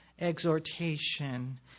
exhortation